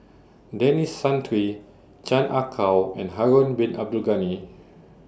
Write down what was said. Denis Santry Chan Ah Kow and Harun Bin Abdul Ghani